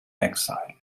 exile